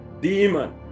demon